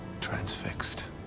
Transfixed